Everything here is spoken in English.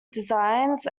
designs